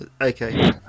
Okay